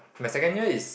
my second year is